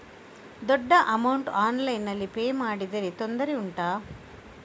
ದೊಡ್ಡ ಅಮೌಂಟ್ ಆನ್ಲೈನ್ನಲ್ಲಿ ಪೇ ಮಾಡಿದ್ರೆ ತೊಂದರೆ ಉಂಟಾ?